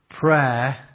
prayer